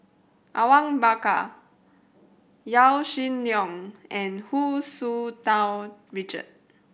Awang Bakar Yaw Shin Leong and Hu Tsu Tau Richard